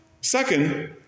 Second